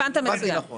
הבנת מצוין.